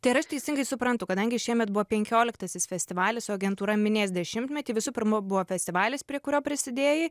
tai ar aš teisingai suprantu kadangi šiemet buvo penkioliktasis festivalis o agentūra minės dešimtmetį visų pirma buvo festivalis prie kurio prisidėjai